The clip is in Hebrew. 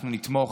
אנחנו נתמוך,